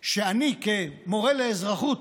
שאני, כמורה לאזרחות,